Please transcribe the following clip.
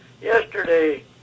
yesterday